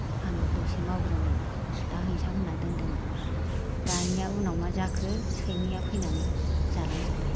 आं दसे मावग्रोनि दा हैसां होनना दोनदोंमोन दानिया उनाव मा जाखो सैमाया फैनानै जालांजोब्बाय